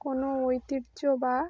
কোনো ঐতিহ্য বা